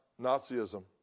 Nazism